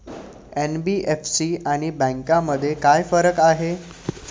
NBFC आणि बँकांमध्ये काय फरक आहे?